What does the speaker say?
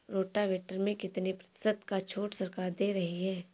Rotavator में कितनी प्रतिशत का छूट सरकार दे रही है?